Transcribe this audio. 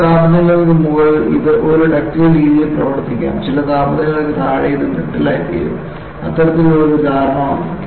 ചില താപനിലകൾക്ക് മുകളിൽ ഇത് ഒരു ഡക്റ്റൈൽ രീതിയിൽ പ്രവർത്തിക്കാം ചില താപനിലയിൽ താഴെ അത് ബ്രിട്ടിൽ ആയിത്തീരും അത്തരത്തിലുള്ള ഒരു ധാരണ വന്നു